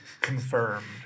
Confirmed